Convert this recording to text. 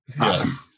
Yes